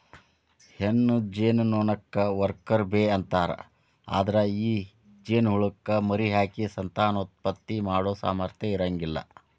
ಹೆಣ್ಣ ಜೇನನೊಣಕ್ಕ worker bee ಅಂತಾರ, ಅದ್ರ ಈ ಜೇನಹುಳಕ್ಕ ಮರಿಹಾಕಿ ಸಂತಾನೋತ್ಪತ್ತಿ ಮಾಡೋ ಸಾಮರ್ಥ್ಯ ಇರಂಗಿಲ್ಲ